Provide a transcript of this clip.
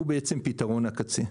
הוא בעצם פתרון הקצה.